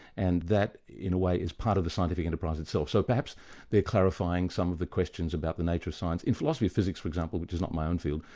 and that in a way is part of the scientific enterprise itself, so perhaps they're clarifying some of the questions about the nature of science. in philosophy of physics for example, which is not my own field,